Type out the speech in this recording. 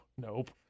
Nope